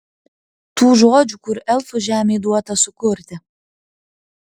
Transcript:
tų žodžių kur elfų žemei duota sukurti